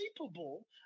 capable